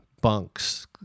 bunks